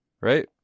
Right